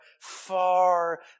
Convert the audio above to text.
far